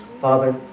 Father